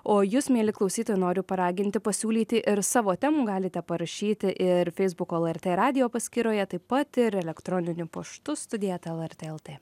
o jus mieli klausytojai noriu paraginti pasiūlyti ir savo temų galite parašyti ir feisbuko lrt radijo paskyroje taip pat ir elektroniniu paštu studija eta lrt lt